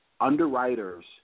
underwriters